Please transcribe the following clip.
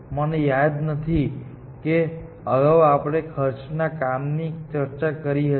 મને યાદ નથી કે અગાઉ આપણે ખર્ચના કામ ની ચર્ચા કરી હતી